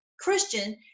christian